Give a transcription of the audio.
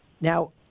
Now